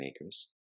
makers